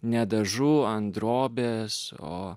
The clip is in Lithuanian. ne dažu ant drobės o